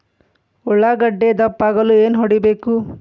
ಉಳ್ಳಾಗಡ್ಡೆ ದಪ್ಪ ಆಗಲು ಏನು ಹೊಡಿಬೇಕು?